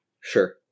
Sure